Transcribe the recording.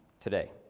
today